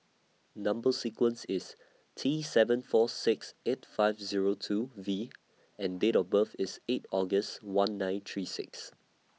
Number sequence IS T seven four six eight five Zero two V and Date of birth IS eight August one nine three six